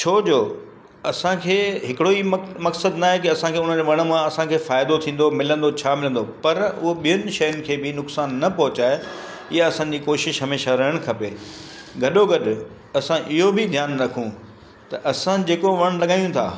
छोजो असांखे हिकिड़ो ई मक मक़सदु न आहे की असांखे उन वण मां असांखे फ़ाइदो थींदो मिलंदो छा मिलंदो पर उहो ॿियनि शयुनि खे बि नुक़सान न पहुचाए इहा असांजी कोशिशि हमेशा रहण खपे गॾो गॾु असां इहो बि ध्यानु रखूं त असां जेको वणु लॻायूं था